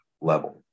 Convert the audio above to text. level